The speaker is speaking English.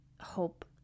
hope